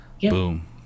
boom